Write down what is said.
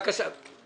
תודה, סליחה.